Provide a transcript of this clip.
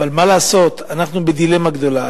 אבל מה לעשות, אנחנו בדילמה גדולה.